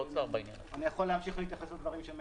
אני מקבל על הבוקר עשרות פניות מקייב,